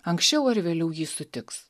anksčiau ar vėliau jį sutiks